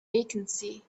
vacancy